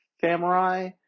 samurai